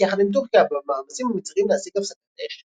יחד עם טורקיה במאמצים המצריים להשיג הפסקת אש.